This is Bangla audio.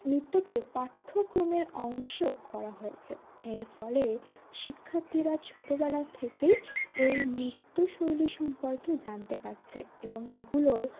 নৃত্যকে পাঠ্যক্রমের অংশেও করা হয়েছে এর ফলে শিক্ষার্থীরা ছোটোবেলা থেকেই এই নৃত্যশৈলী সম্পর্কে জানতে পারছে এবং এগুলোর